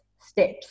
steps